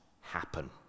happen